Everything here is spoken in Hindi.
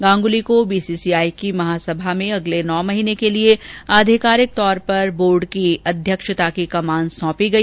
गांगुली को बी सी सी आई की महासभा में अगले नौ महीने के लिए आधिकारिक तौर पर बोर्ड की अध्यक्षता की कमान सौंपी गई